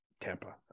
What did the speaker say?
Tampa